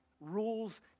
Rules